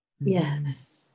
Yes